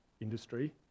industry